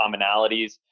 commonalities